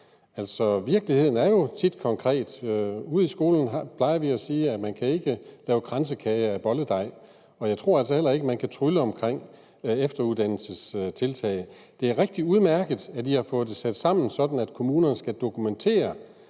har. Virkeligheden er jo tit konkret. Ude i skolerne plejer vi at sige, at man ikke kan lave kransekage af bolledej, og jeg tror altså heller ikke, man kan trylle med efteruddannelsestiltag. Det er rigtig udmærket, at man har fået det sat sammen, sådan at kommunerne skal dokumentere,